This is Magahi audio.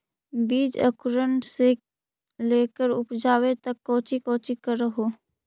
बीज अंकुरण से लेकर उपजाबे तक कौची कौची कर हो?